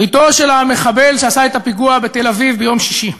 ביתו של המחבל שעשה את הפיגוע בתל-אביב ביום שישי,